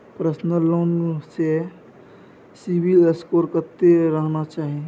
Personal loan ले CIBIL score कत्ते रहना चाही?